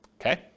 okay